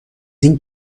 این